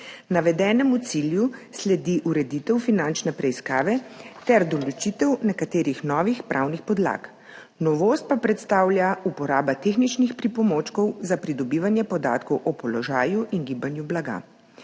Navedenemu cilju sledi ureditev finančne preiskave ter določitev nekaterih novih pravnih podlag, novost pa predstavlja uporaba tehničnih pripomočkov za pridobivanje podatkov o položaju in gibanju blaga.